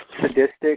Sadistic